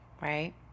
right